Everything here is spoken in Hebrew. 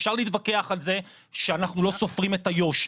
אפשר להתווכח על זה שאנחנו לא סופרים את היו"ש,